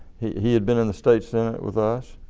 he he had been in the state senate with us.